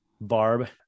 Barb